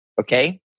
okay